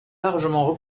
largement